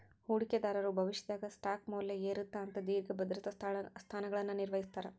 ಹೂಡಿಕೆದಾರರು ಭವಿಷ್ಯದಾಗ ಸ್ಟಾಕ್ ಮೌಲ್ಯ ಏರತ್ತ ಅಂತ ದೇರ್ಘ ಭದ್ರತಾ ಸ್ಥಾನಗಳನ್ನ ನಿರ್ವಹಿಸ್ತರ